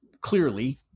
clearly